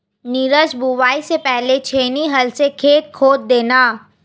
नीरज बुवाई से पहले छेनी हल से खेत खोद देना